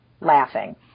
laughing